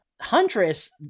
Huntress